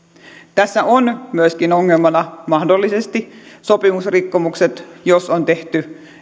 tässä on myöskin ongelmana mahdollisesti sopimusrikkomukset jos on tehty